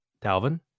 Dalvin